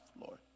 Lord